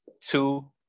Two